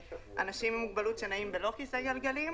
אנשים עם מוגבלות שנעים ללא כיסא גלגלים